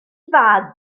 fag